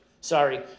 Sorry